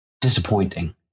disappointing